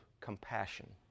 compassion